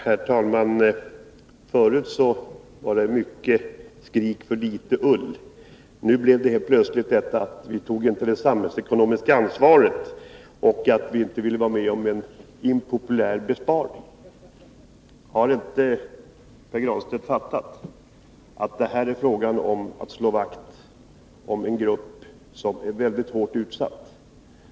Herr talman! Förut var det mycket skrik för litet ull. Nu blev det helt plötsligt att vi inte tog det samhällsekonomiska ansvaret och inte ville vara med om en impopulär besparing. Har inte Pär Granstedt fattat att det här är fråga om att slå vakt om en grupp som är mycket hårt utsatt?